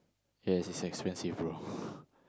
ya it's expensive bro